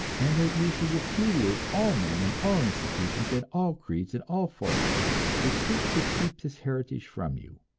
and that you should repudiate all men and all institutions and all creeds and all formulas which seek to keep this heritage from you.